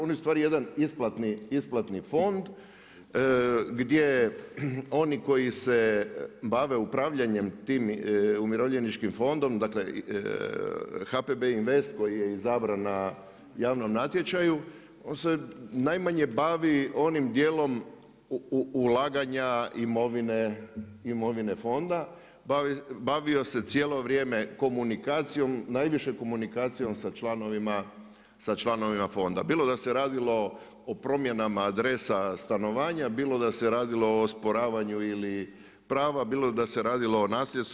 On je ustvari jedan isplatni fond gdje oni koji se bave upravljanjem tim Umirovljeničkim fondom dakle HPB Invest koji je izabran na javnom natječaju, on se najmanje onim dijelom ulaganja imovine fonda, bavio se cijelo vrijeme komunikacijom, najviše komunikacijom sa članovima fonda, bilo da se radilo o promjenama adresa stanovanja, bilo da se radilo o osporavanju prava, bilo da se radilo o nasljedstvu.